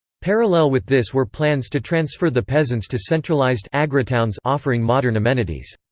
parallel with this were plans to transfer the peasants to centralized agrotowns offering modern amenities.